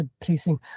policing